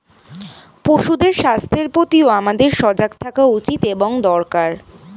পশুদের স্বাস্থ্যের প্রতিও আমাদের সজাগ থাকা উচিত এবং দরকার